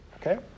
Okay